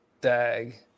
dag